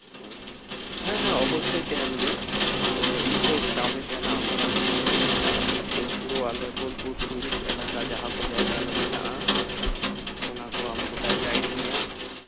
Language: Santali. ᱚ ᱦᱮᱸ ᱦᱮᱸ ᱚᱵᱚᱥᱥᱳᱭ ᱛᱟᱸᱦᱮᱱ ᱜᱮᱭᱟ ᱛᱳ ᱢᱤᱫᱴᱮᱡ ᱮᱥᱴᱟᱯᱷ ᱮ ᱛᱟᱸᱦᱮᱱᱟ ᱟᱢ ᱥᱟᱝ ᱛᱳ ᱟᱞᱮ ᱵᱳᱞᱯᱩᱨ ᱴᱩᱨᱤᱥᱴ ᱮᱞᱟᱠᱟ ᱡᱟᱸ ᱠᱚ ᱡᱟᱭᱜᱟ ᱨᱮ ᱢᱮᱱᱟᱜᱼᱟ ᱚᱱᱟ ᱠᱚ ᱟᱢ ᱜᱚᱴᱟᱭ ᱜᱟᱭᱤᱰ ᱢᱮᱭᱟ